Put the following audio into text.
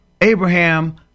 Abraham